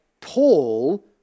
Paul